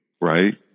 right